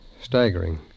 staggering